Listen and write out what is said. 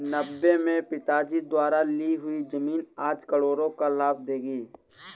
नब्बे में पिताजी द्वारा ली हुई जमीन आज करोड़ों का लाभ देगी